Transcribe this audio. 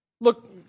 Look